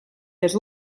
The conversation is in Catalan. les